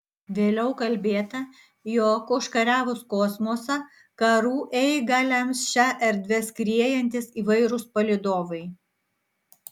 vėliau kalbėta jog užkariavus kosmosą karų eigą lems šia erdve skriejantys įvairūs palydovai